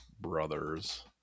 brothers